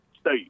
State